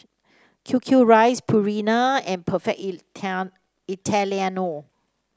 Q Q rice Purina and Perfect Italiano